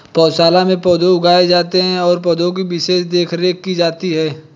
पौधशाला में पौधे उगाए जाते हैं और पौधे की विशेष देखरेख की जाती है